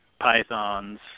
pythons